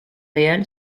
réel